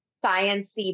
science